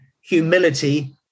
humility